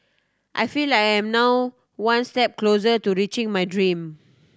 I feel like I am now one step closer to reaching my dream